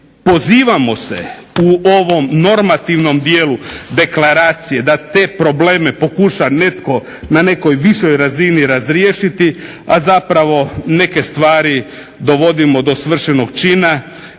pozivamo se u ovom normativnom dijelu deklaracije da te probleme pokuša netko na nekoj višoj razini razriješiti, a zapravo neke stvari dovodimo do svršenog čina.